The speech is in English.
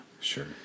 Sure